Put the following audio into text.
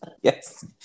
Yes